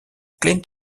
clint